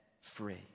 free